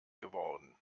geworden